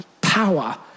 power